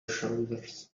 shoulders